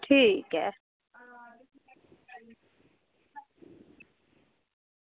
ठीक ऐ